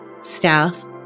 staff